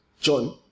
John